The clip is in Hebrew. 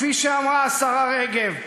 כפי שאמרה השרה רגב,